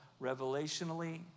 revelationally